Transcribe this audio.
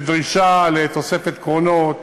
ולא רק שנוסעים בה, יש דרישה לתוספת קרונות